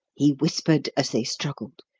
he whispered, as they struggled.